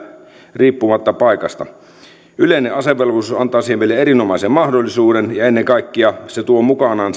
riippumatta paikasta yleinen asevelvollisuus antaa siihen vielä erinomaisen mahdollisuuden ja ennen kaikkea se tuo mukanaan